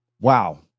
Wow